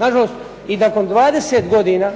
Nažalost i nakon 20 godina